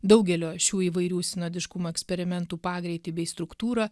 daugelio šių įvairių sinodiškumo eksperimentų pagreitį bei struktūrą